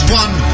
one